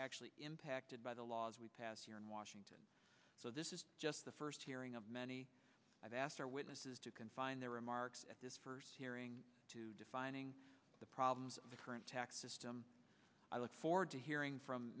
actually impacted by the laws we passed here in washington so this is just the first hearing of many i've asked our witnesses to confine their remarks at this first hearing to defining the problems of the current tax system i look forward to hearing from